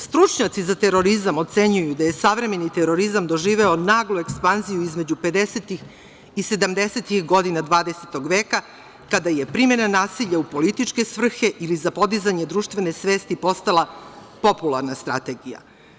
Stručnjaci za terorizam ocenjuju da je savremeni terorizam doživeo naglu ekspanziju između pedesetih i sedamdesetih godina dvadesetog veka, kada je primena nasilja u političke svrhe, ili za podizanje društvene svesti postala popularna strategija.